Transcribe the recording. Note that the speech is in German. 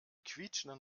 quietschenden